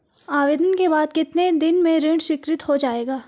आवेदन के बाद कितने दिन में ऋण स्वीकृत हो जाएगा?